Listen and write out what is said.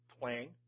plane